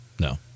No